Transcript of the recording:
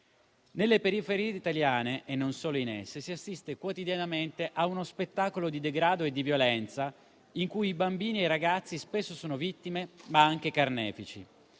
Nelle periferie italiane, e non solo in esse, si assiste quotidianamente a uno spettacolo di degrado e di violenza in cui i bambini e i ragazzi spesso sono vittime, ma anche carnefici;